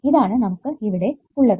ഇതാണ് നമുക്ക് അവിടെ ഉള്ളത്